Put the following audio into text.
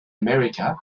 america